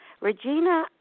Regina